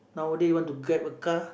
nowadays want to grab a car